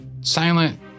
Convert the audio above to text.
silent